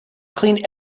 clean